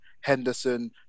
Henderson